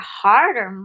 harder